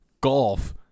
golf